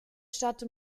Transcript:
stadt